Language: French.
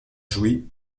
joué